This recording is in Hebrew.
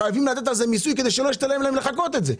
אנחנו חייבים לתת על זה מיסוי כדי שלא ישתלם להם לחקות את זה.